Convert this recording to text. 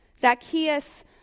Zacchaeus